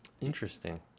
interesting